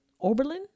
oberlin